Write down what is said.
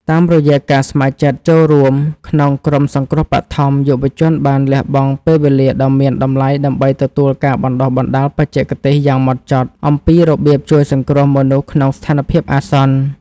តាមរយៈការស្ម័គ្រចិត្តចូលរួមក្នុងក្រុមសង្គ្រោះបឋម យុវជនបានលះបង់ពេលវេលាដ៏មានតម្លៃដើម្បីទទួលការបណ្ដុះបណ្ដាលបច្ចេកទេសយ៉ាងហ្មត់ចត់ អំពីរបៀបជួយសង្គ្រោះមនុស្សក្នុងស្ថានភាពអាសន្ន។